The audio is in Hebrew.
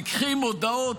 תיקחי מודעות,